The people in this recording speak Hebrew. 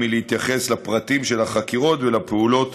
מלהתייחס לפרטים של החקירות ולפעולות